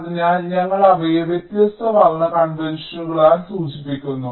അതിനാൽ ഞങ്ങൾ അവയെ വ്യത്യസ്ത വർണ്ണ കൺവെൻഷനുകളാൽ സൂചിപ്പിക്കുന്നു